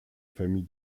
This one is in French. famille